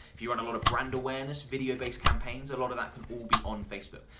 if you run a lot of brand awareness video based campaigns, a lot of that can all be on facebook.